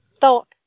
thought